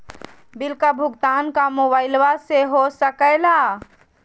Bill का भुगतान का मोबाइलवा से हो सके ला?